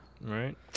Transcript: Right